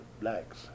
blacks